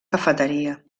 cafeteria